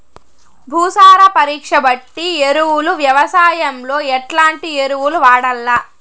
భూసార పరీక్ష బట్టి ఎరువులు వ్యవసాయంలో ఎట్లాంటి ఎరువులు వాడల్ల?